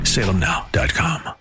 SalemNow.com